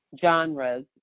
genres